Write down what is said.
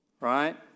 Right